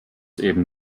eben